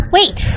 Wait